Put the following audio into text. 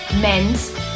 men's